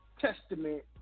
testament